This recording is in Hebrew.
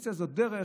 אופוזיציה זאת דרך.